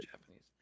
Japanese